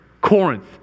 Corinth